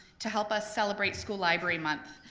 to help us celebrate school library month.